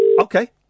Okay